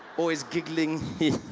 always giggling he,